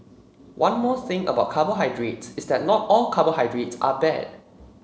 one more thing about carbohydrates is that not all carbohydrates are bad